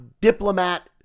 diplomat